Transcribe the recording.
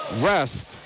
rest